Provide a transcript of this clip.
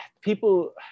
people